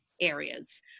areas